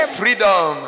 freedom